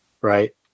right